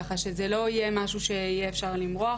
כך שזה לא יהיה משהו שאפשר יהיה למרוח אותו.